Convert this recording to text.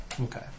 okay